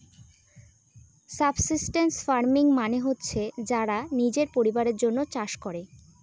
subsistence farming মানে হচ্ছে যারা নিজের পরিবারের জন্য চাষ করে